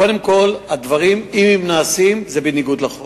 קודם כול, אם הדברים נעשים זה בניגוד לחוק.